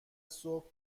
صبح